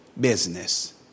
business